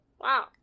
Wow